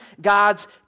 God's